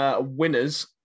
Winners